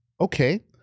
okay